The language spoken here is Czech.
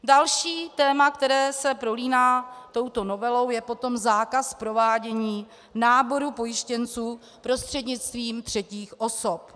Další téma, které se prolíná touto novelou, je potom zákaz provádění náboru pojištěnců prostřednictvím třetích osob.